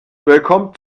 bekommt